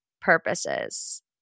purposes